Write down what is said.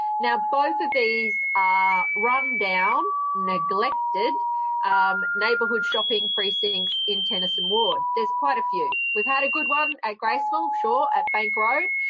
now, both of these are run-down, neglected um neighbourhood shopping precincts in tennyson ward, there's quite a few. we've had a good one at graceville, sure, at bank road.